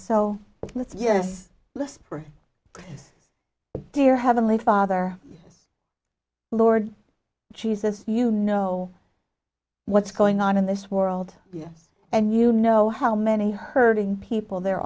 pray yes dear heavenly father lord jesus you know what's going on in this world yes and you know how many hurting people there